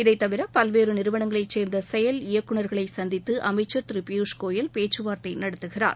இதைதவிர பல்வேறு நிறுவனங்களை சேர்ந்த செயல் இயக்குனர்களை சந்தித்து அமைச்சர் திரு பியூஸ் கோயல் பேச்சுவார்த்தை நடத்துகிறார்